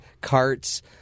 carts